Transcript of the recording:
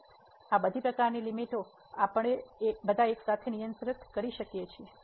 તેથી આ બધી પ્રકારની લીમીટઓ આપણે બધા એકસાથે નિયંત્રિત કરી શકીએ છીએ